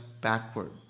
backward